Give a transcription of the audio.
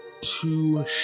two